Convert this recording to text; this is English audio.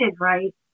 right